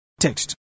text